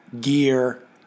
gear